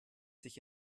sich